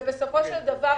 ובסופו של דבר,